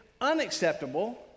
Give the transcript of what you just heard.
unacceptable